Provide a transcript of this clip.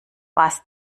was